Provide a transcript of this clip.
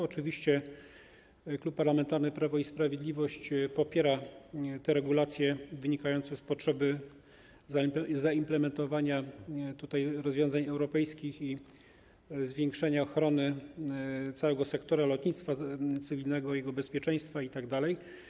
Oczywiście Klub Parlamentarny Prawo i Sprawiedliwość popiera te regulacje wynikające z potrzeby zaimplementowania rozwiązań europejskich i zwiększenia ochrony całego sektora lotnictwa cywilnego, jego bezpieczeństwa itd.